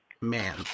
man